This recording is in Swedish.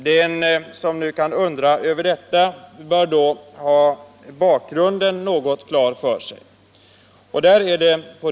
Den som undrar över detta bör ha bakgrunden något klar för sig.